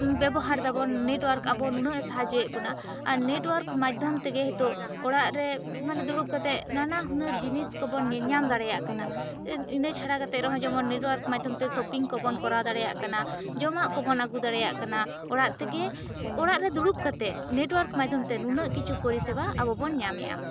ᱵᱮᱵᱚᱦᱟᱨ ᱮᱫᱟ ᱵᱚᱱ ᱱᱮᱴᱣᱟᱨᱠ ᱟᱵᱚ ᱱᱩᱱᱟᱹᱜ ᱮ ᱥᱟᱦᱟᱡᱚᱭᱮᱫ ᱵᱚᱱᱟ ᱟᱨ ᱱᱮᱴᱣᱟᱹᱨᱠ ᱢᱟᱫᱷᱭᱚᱢ ᱛᱮ ᱜᱮ ᱦᱤᱛᱚᱜ ᱚᱲᱟᱜ ᱨᱮ ᱢᱟᱱᱮ ᱫᱩᱲᱩᱵ ᱠᱟᱛᱮ ᱱᱟᱱᱟ ᱦᱩᱱᱟᱹᱨ ᱡᱤᱱᱤᱥ ᱠᱚ ᱵᱚᱱ ᱧᱮᱞᱟᱢ ᱫᱟᱲᱮᱭᱟᱜ ᱠᱟᱱᱟ ᱩᱱᱟᱹᱜ ᱪᱷᱟᱲᱟ ᱠᱟᱛᱮ ᱨᱮᱦᱚᱸ ᱡᱮᱢᱚᱱ ᱱᱮᱴᱣᱟᱨᱠ ᱢᱟᱫᱷᱭᱚᱢ ᱛᱮ ᱥᱚᱯᱤᱝ ᱠᱚᱵᱚᱱ ᱠᱚᱨᱟᱣ ᱫᱟᱲᱮᱭᱟᱜ ᱠᱟᱱᱟ ᱡᱚᱢᱟᱜ ᱠᱚᱵᱚᱱ ᱟᱹᱜᱩ ᱫᱟᱲᱮᱭᱟᱜ ᱠᱟᱱᱟ ᱚᱲᱟᱜ ᱛᱮᱜᱮ ᱚᱲᱟᱜ ᱨᱮ ᱫᱩᱲᱩᱵ ᱠᱟᱛᱮ ᱱᱮᱴᱣᱟᱨᱠ ᱢᱟᱫᱷᱭᱚᱢ ᱛᱮ ᱱᱩᱱᱟᱹᱜ ᱠᱤᱪᱷᱩ ᱯᱚᱨᱤᱥᱮᱣᱟ ᱟᱵᱚ ᱵᱚᱱ ᱧᱟᱢᱮᱭᱟ